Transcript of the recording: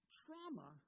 trauma